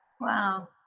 Wow